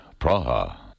Praha